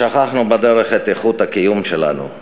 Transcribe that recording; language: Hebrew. שכחנו בדרך את איכות הקיום שלנו.